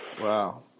wow